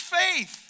faith